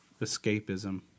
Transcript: Escapism